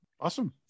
Awesome